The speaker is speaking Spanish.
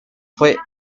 fue